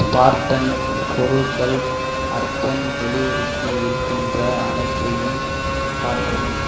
Spartan பொருட்கள் urgent டெலிவரிக்கு இருக்கின்ற அனைத்தையும் காட்டவும்